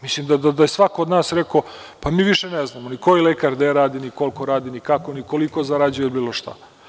Mislim da je svako od nas rekao, pa više ne znamo ni koji lekar gde radi, ni koliko radi, ni kako, ni koliko zarađuje ili bilo šta?